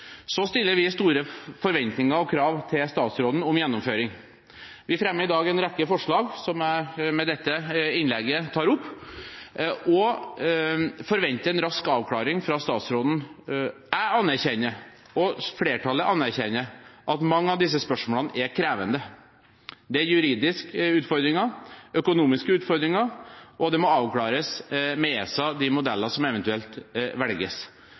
Så har vi store forventninger og krav til statsråden om gjennomføring. Vi fremmer i dag en rekke forslag til vedtak, og vi forventer en rask avklaring fra statsråden. Jeg anerkjenner, og flertallet anerkjenner, at mange av disse spørsmålene er krevende. Det er juridiske utfordringer, økonomiske utfordringer, og de modellene som eventuelt velges, må avklares med ESA.